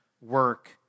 work